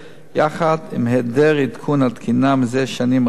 יחד עם היעדר עדכון התקינה מזה שנים רבות,